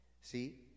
See